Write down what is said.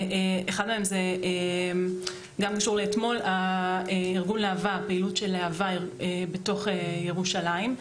הראשון הוא הפעילות של ארגון להב"ה בתוך ירושלים,